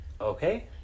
Okay